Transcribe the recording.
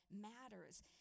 matters